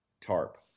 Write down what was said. tarp